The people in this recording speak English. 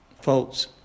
Folks